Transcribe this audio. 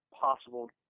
possible